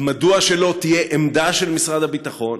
מדוע לא תהיה עמדה של משרד הביטחון,